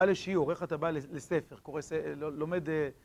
בא לשיעור, איך אתה בא לספר, קורא, לומד...